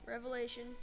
Revelation